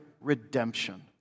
redemption